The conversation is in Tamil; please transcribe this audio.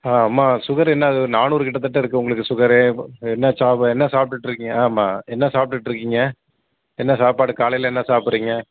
ஆ அம்மா சுகரு என்ன இது ஒரு நானூறு கிட்டத்தட்ட இருக்குது உங்களுக்கு சுகரு என்ன சா என்ன சாப்பிட்டுட்டு இருக்கீங்க ஆமாம் என்ன சாப்பிட்டுட்டு இருக்கீங்க என்ன சாப்பாடு காலையில் என்ன சாப்புடுறீங்க